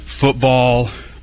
Football